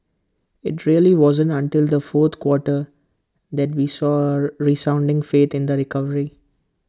IT really wasn't until the fourth quarter that we saw A resounding faith in the recovery